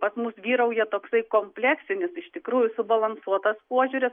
pas mus vyrauja toksai kompleksinis iš tikrųjų subalansuotas požiūris